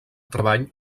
treball